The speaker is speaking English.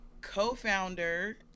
co-founder